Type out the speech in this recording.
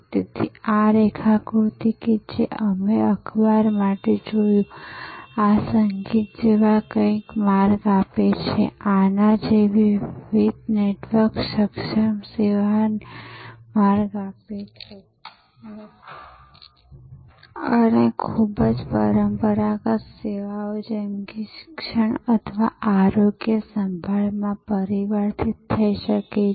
તેથી આ રેખાકૃતિ કે જે અમે અખબાર માટે જોયું આ સંગીત જેવા કંઈકને માર્ગ આપે છે આના જેવી વિવિધ નેટવર્ક સક્ષમ સેવાને માર્ગ આપે છે અને ખૂબ જ પરંપરાગત સેવાઓ જેમ કે શિક્ષણ અથવા આરોગ્ય સંભાળમાં પરિવર્તિત થઈ શકે છે